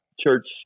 church